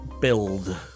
Build